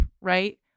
right